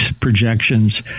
projections